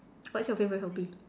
what's your favorite hobby